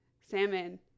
salmon